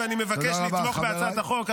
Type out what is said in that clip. ואני מבקש לתמוך בהצעת החוק,